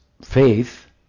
faith